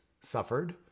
suffered